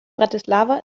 bratislava